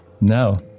No